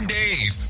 days